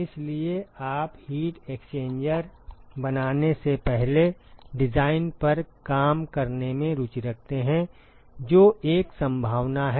इसलिए आप heat exchanger बनाने से पहले डिजाइन पर काम करने में रुचि रखते हैं जो एक संभावना है